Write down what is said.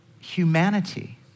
humanity